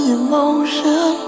emotion